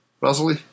Rosalie